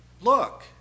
look